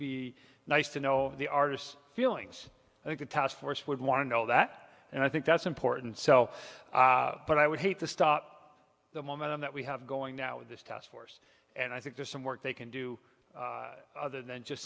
be nice to know the artist's feelings i think a taskforce would want to know that and i think that's important so but i would hate to stop the momentum that we have going now with this task force and i think there's some work they can do other than just